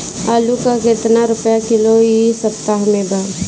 आलू का कितना रुपया किलो इह सपतह में बा?